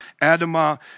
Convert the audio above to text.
Adama